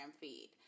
feed